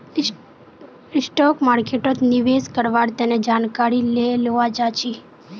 stock मार्केटोत निवेश कारवार तने जानकारी ले लुआ चाछी